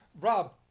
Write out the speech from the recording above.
Rob